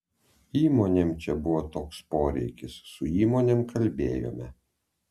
įmonėm čia buvo toks poreikis su įmonėm kalbėjome